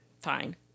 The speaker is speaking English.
fine